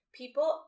people